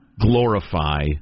glorify